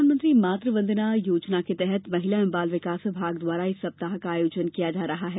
प्रधानमंत्री मात वंदना योजना के तहत महिला एवं बाल विकास विभाग द्वारा इस सप्ताह का आयोजन किया जा रहा है